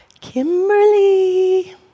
Kimberly